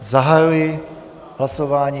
Zahajuji hlasování.